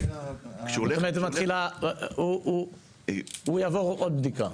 הוא יעבור עוד בדיקה?